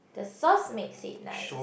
the sauce makes it nice